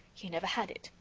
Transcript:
he never had it,